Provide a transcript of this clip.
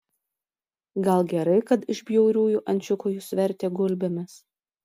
gal gerai kad iš bjauriųjų ančiukų jus vertė gulbėmis